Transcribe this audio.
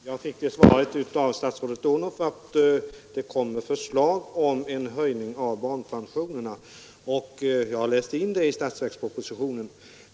Herr talman! Jag fick det svaret av statsrådet Odhnoff att det kommer förslag om en höjning av barnpensionerna, och jag har läst det i statsverkspropositionen.